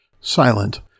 silent